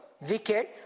wicked